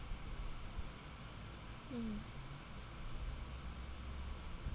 mmhmm